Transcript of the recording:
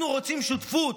אנחנו רוצים שותפות,